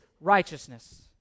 righteousness